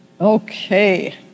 Okay